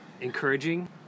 encouraging